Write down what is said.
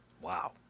wow